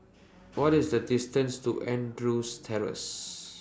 What IS The distance to Andrews Terrace